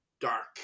dark